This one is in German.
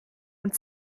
und